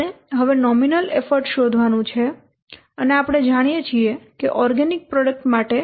આપણે હવે nominal effort શોધવાનું છે અને આપણે જાણીએ છીએ કે ઓર્ગેનિક પ્રોડક્ટ માટે c હશે 2